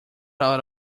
out